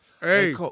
Hey